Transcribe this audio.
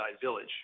Village